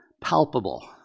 palpable